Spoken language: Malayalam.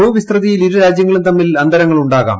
ഭൂവിസ്തൃതിയിൽ ഇരുരാജ്യങ്ങളും തമ്മിൽ അന്തരങ്ങളുണ്ടാകാം